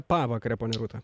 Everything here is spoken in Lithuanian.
pavakarę ponia rūta